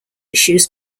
issues